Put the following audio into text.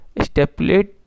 stipulate